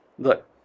Look